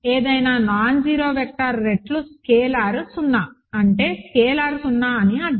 ఏదైనా non zero vector రెట్లు scalar 0 అంటే స్కేలార్ 0 అని అర్థం